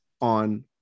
on